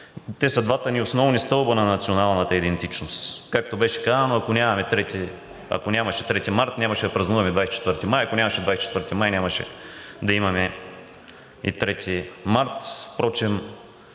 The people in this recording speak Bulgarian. Те са двата ни основни стълба на националната идентичност. Както беше казано, ако нямаше 3 март, нямаше да празнуваме 24 май. Ако нямаше 24 май, нямаше да имаме и 3 март. Впрочем